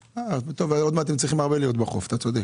עוד מעט הם יצטרכו להיות הרבה בחוף, אתה צודק...